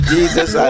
Jesus